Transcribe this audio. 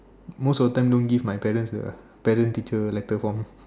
most of the time don't give my parents the parent teacher letter form